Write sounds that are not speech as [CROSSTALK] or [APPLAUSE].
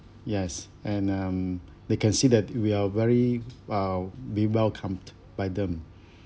yes and um they can see that we are very !wow! be welcomed by them [BREATH]